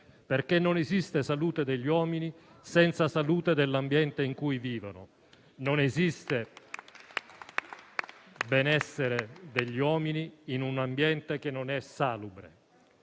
perché non esiste salute degli uomini senza salute dell'ambiente in cui vivono. Non esiste benessere degli uomini in un ambiente che non è salubre.